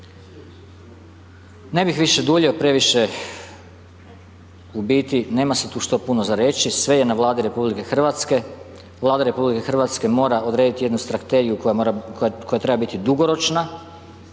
Ne bih više duljio previše, u biti, nema se tu što puno za reći, sve je na Vladi RH. Vlada RH mora odrediti jednu strategiju koja treba biti dugoročna